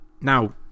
Now